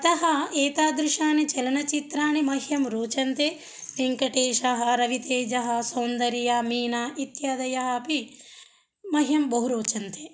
अतः एतादृशानि चलनचित्राणि मह्यं रोचन्ते वेङ्कटेशः रवितेजः सौन्दर्या मीना इत्यादयः अपि मह्यं बहु रोचन्ते